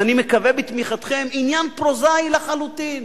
ואני מקווה בתמיכתכם, עניין פרוזאי לחלוטין.